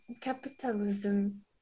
capitalism